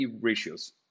ratios